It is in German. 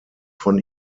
von